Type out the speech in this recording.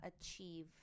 achieve